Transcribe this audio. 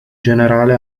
generale